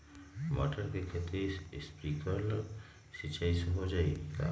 मटर के खेती स्प्रिंकलर सिंचाई से हो जाई का?